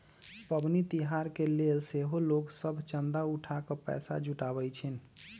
पबनि तिहार के लेल सेहो लोग सभ चंदा उठा कऽ पैसा जुटाबइ छिन्ह